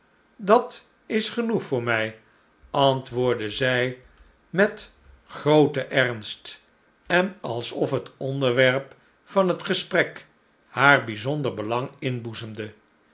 dat is genoeg voor mij antwoordde zij met grooten emst en alsof het onderwerp van het gesprek haar bijzonder belang inboezemde